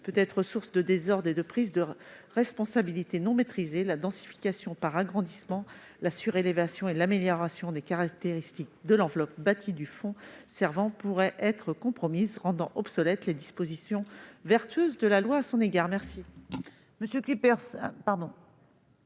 être source de désordres et de prises de responsabilité non maîtrisées. La densification par agrandissement, la surélévation et l'amélioration des caractéristiques de l'enveloppe bâtie du fonds servant pourrait être compromise, rendant obsolètes les dispositions vertueuses de la loi à son égard. La parole est à